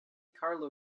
carlo